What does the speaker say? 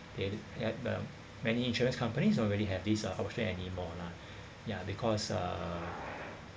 they the~ many insurance companies don't really have this option anymore lah ya because uh